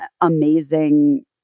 amazing